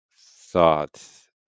thoughts